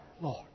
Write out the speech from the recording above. Lord